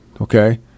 Okay